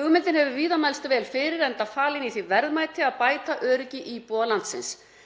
Hugmyndin hefur víða mælst vel fyrir enda falin í því verðmæti að bæta öryggi íbúa landsins.